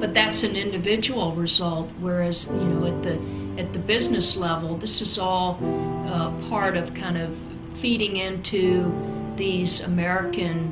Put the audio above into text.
but that's an individual result where is the at the business level this is all part of kind of feeding into these american